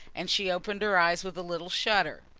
and she opened her eyes with a little shudder.